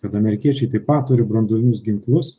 kad amerikiečiai taip pat turi branduolinius ginklus